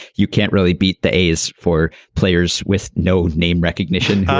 you can't really beat the a's for players with no name recognition.